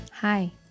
Hi